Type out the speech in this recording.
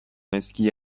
اسکی